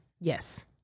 Yes